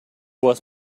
was